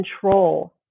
control